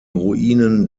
ruinen